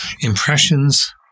impressions